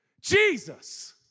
Jesus